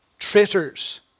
traitors